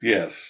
Yes